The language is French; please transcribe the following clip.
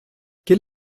quel